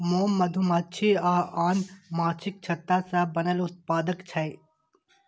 मोम मधुमाछी आ आन माछीक छत्ता सं बनल उत्पाद छियै